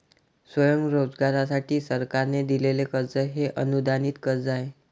स्वयंरोजगारासाठी सरकारने दिलेले कर्ज हे अनुदानित कर्ज आहे